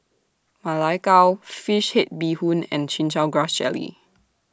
Ma Lai Gao Fish Head Bee Hoon and Chin Chow Grass Jelly